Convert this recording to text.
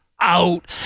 out